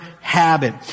habit